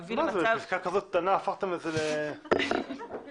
מפסקה כזו קטנה הפכתם את זה למשהו גדול כזה?